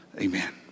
Amen